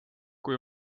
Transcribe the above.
kui